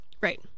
Right